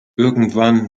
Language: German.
irgendwann